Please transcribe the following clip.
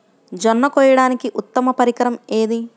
జొన్న కోయడానికి ఉత్తమ పరికరం ఏది?